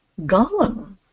Gollum